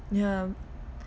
yeah